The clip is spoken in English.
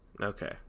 Okay